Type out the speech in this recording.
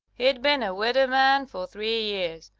he'd been a widder-man for three yers,